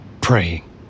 praying